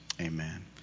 Amen